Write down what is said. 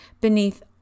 beneath